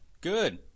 Good